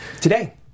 today